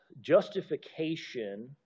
justification